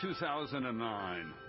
2009